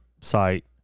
site